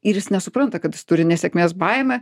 ir jis nesupranta kad jis turi nesėkmės baimę